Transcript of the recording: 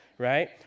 Right